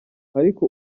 ariko